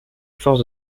forces